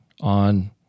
on